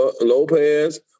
Lopez